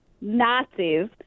Nazis